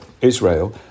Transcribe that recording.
Israel